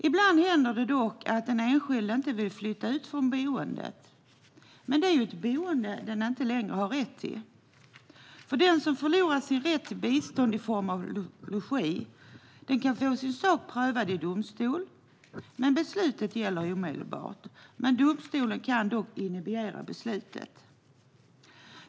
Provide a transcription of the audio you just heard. Ibland händer det dock att den enskilde inte vill flytta ut från boendet. Men det är ju ett boende man inte längre har rätt till. Den som förlorar sin rätt till bistånd i form av logi kan få sin sak prövad i domstol, men beslutet gäller omedelbart. Domstolen kan dock inhibera beslutet.